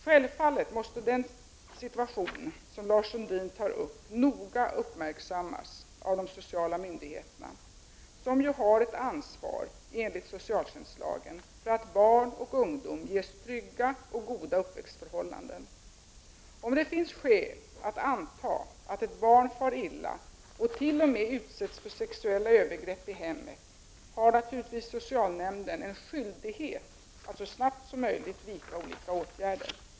Självfallet måste de situationer som Lars Sundin tar upp noga uppmärksammas av de sociala myndigheterna, som ju har ett ansvar enligt socialtjänstlagen för att barn och ungdom ges trygga och goda uppväxtförhållanden. Om det finns skäl att anta att ett barn far illa och t.o.m. utsätts för sexuella övergrepp i hemmet har naturligtvis socialnämnden en skyldighet att så snabbt som möjligt vidta åtgärder.